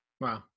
Wow